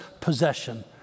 possession